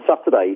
Saturday